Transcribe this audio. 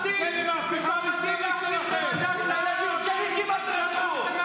את הילדים שלי הם כמעט רצחו.